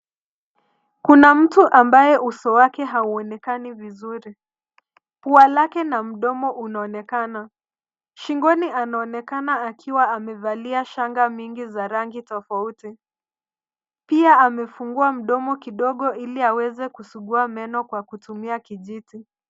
Kuna mtu ambaye uso wake hauonekani vizuri. Pua lake na mdomo unaonekana. Shingoni anaonekana akiwa amevalia shanga mingi za rangi tofauti. Pia amefungua mdomo kidogo ili aweze kusugua meno kwa kutumia kijiti.